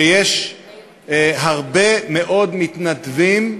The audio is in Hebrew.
שיש הרבה מאוד מתנדבים,